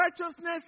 righteousness